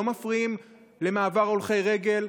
לא מפריעים למעבר הולכי רגל,